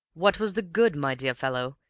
what was the good, my dear fellow?